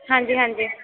ਹਾਂਜੀ ਹਾਂਜੀ